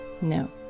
No